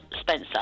Spencer